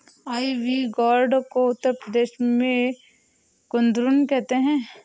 ivy gourd को उत्तर प्रदेश में कुद्रुन कहते हैं